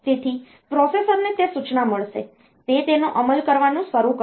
તેથી પ્રોસેસરને તે સૂચના મળશે તે તેનો અમલ કરવાનું શરૂ કરશે